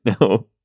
No